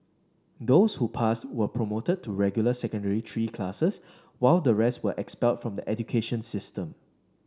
those who passed were promoted to regular Secondary Three classes while the rest were expelled from the education system